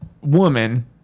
woman